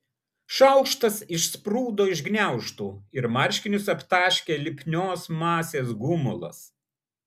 šaukštas išsprūdo iš gniaužtų ir marškinius aptaškė lipnios masės gumulas